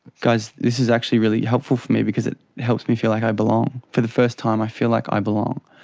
guys, this is actually really helpful for me because it helps me feel like i belong. for the first time i feel like i belong.